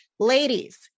Ladies